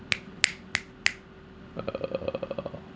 err